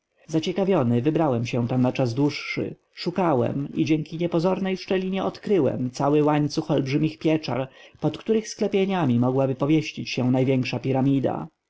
zaciekawiony wybrałem się tam na czas dłuższy szukałem i dzięki niepozornej szczelinie odkryłem cały łańcuch olbrzymich pieczar pod których sklepieniami mogłaby pomieścić się największa piramida